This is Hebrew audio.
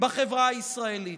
בחברה הישראלית.